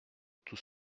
tout